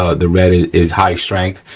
ah the red is high strength.